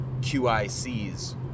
QICs